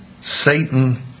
Satan